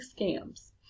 scams